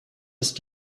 ist